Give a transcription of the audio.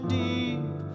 deep